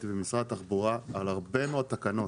ועם משרד התחבורה על הרבה מאוד תקנות.